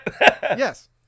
Yes